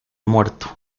muerto